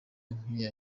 nk’iya